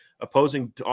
Opposing